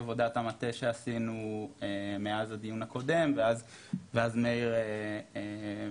עבודה המטה שעשינו מאז הדיון הקודם ואז מאיר מהייעוץ